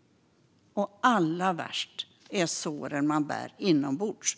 - och allra värst är såren man bär inombords.